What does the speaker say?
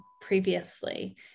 previously